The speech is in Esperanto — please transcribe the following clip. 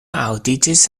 aŭdiĝis